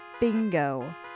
Bingo